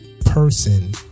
Person